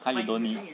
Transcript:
!huh! you don't need